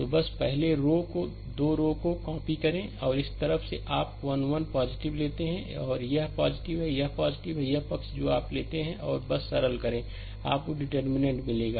तो बस पहले 2 रो को कॉपी करें और इस तरफ आप 1 1 लेते हैं यह है यह है और यह पक्ष जो आप लेते हैं और बस सरल करें आपको डिटर्मिननेंट determinant मिलेगा